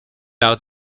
out